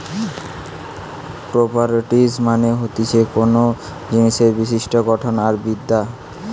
properties মানে হতিছে কোনো জিনিসের বিশিষ্ট গঠন আর বিদ্যা